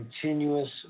continuous